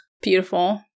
Beautiful